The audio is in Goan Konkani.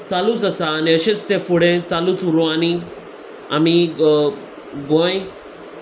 चालूच आसा आनी अशेंच ते फुडें चालूच उरूं आनी आमी गोंय